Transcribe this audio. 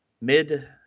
mid